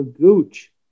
Gooch